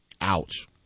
Ouch